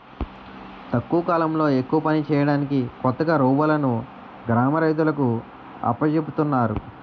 తక్కువ కాలంలో ఎక్కువ పని చేయడానికి కొత్తగా రోబోలును గ్రామ రైతులకు అప్పజెపుతున్నారు